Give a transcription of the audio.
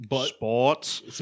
Sports